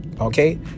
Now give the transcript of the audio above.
Okay